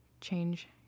change